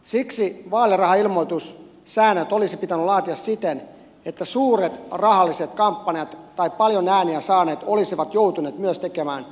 siksi vaalirahailmoitussäännöt olisi pitänyt laatia siten että suuret rahalliset kampanjat tai paljon ääniä saaneet olisivat joutuneet myös tekemään vaalirahoituksestaan ilmoituksen